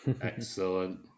Excellent